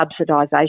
subsidisation